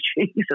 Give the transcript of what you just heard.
Jesus